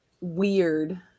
weird